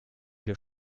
wir